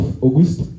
Auguste